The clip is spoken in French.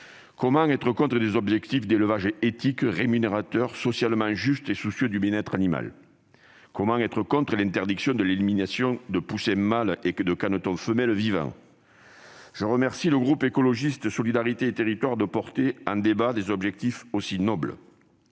comment être contre des objectifs d'élevage éthique, rémunérateur, socialement juste et soucieux du bien-être animal ? Comment être contre l'interdiction de l'élimination de poussins mâles et de canetons femelles vivants ? Je remercie le groupe Écologiste - Solidarité et territoires de porter au débat des objectifs aussi nobles.